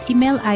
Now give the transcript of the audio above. Email